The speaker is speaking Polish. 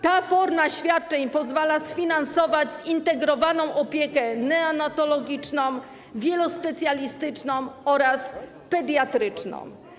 Ta forma świadczeń pozwala sfinansować zintegrowaną opiekę neonatologiczną, wielospecjalistyczną oraz pediatryczną.